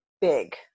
big